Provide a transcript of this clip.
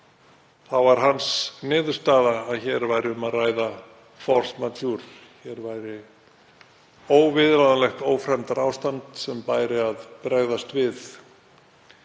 var hans niðurstaða að hér væri um að ræða force majeure, hér væri óviðráðanlegt ófremdarástand sem bæri að bregðast við,